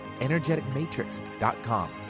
energeticmatrix.com